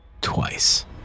twice